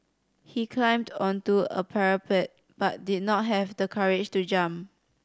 he climbed onto a parapet but did not have the courage to jump